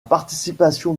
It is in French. participation